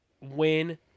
win